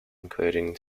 including